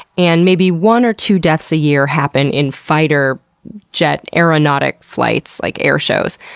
and maybe one or two deaths a year happen in fighter jet aeronautic flights, like air shows,